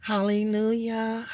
Hallelujah